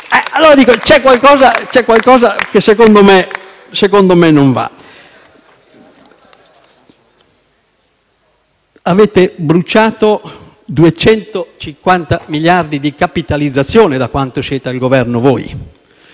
FI-BP)*. C'è qualcosa che, secondo me, non va. Avete bruciato 250 miliardi di capitalizzazione da quanto siete al governo.